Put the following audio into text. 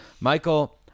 Michael